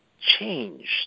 changed